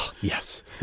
Yes